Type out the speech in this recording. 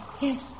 Yes